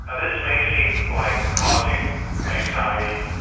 ah this may seem like causing anxiety,